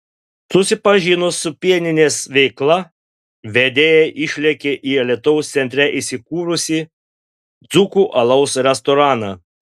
susipažinus su pieninės veikla vedėjai išlėkė į alytaus centre įsikūrusį dzūkų alaus restoraną